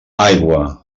aigua